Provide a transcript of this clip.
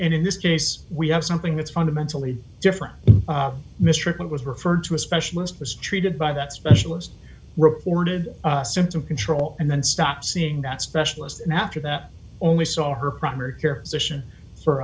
and in this case we have something that's fundamentally different mistreatment was referred to a specialist was treated by that specialist reported symptom control and then stop seeing that specialist and after that only saw her primary care physician for